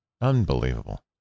Unbelievable